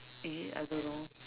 is it I don't know